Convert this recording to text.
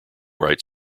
rights